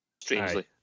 Strangely